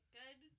good